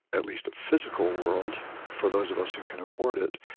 at least physical world, for those of us who can afford it,